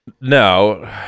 No